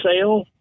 sale